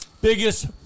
biggest